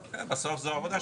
אבל הקריטריון